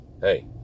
Hey